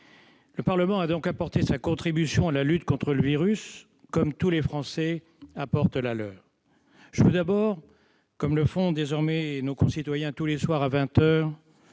Le Parlement a donc apporté sa contribution à la lutte contre le virus, comme tous les Français apportent la leur. Je tiens d'abord, comme nos concitoyens le font désormais tous les soirs à